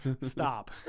stop